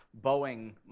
Boeing